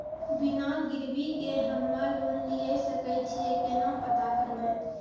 बिना गिरवी के हम्मय लोन लिये सके छियै केना पता करबै?